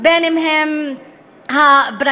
בין שהם הפרקליטות.